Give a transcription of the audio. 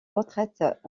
retraite